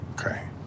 Okay